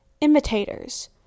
Imitators